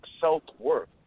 self-worth